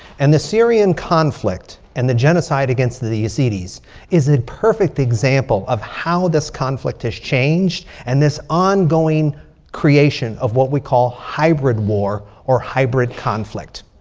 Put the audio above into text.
and the syrian conflict and the genocide against the the yazidis is a perfect example of how this conflict has changed. and this ongoing creation of what we call hybrid war. or hybrid conflict,